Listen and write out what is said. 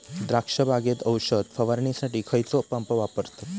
द्राक्ष बागेत औषध फवारणीसाठी खैयचो पंप वापरतत?